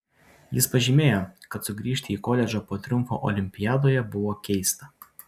jis pažymėjo kad sugrįžti į koledžą po triumfo olimpiadoje buvo keista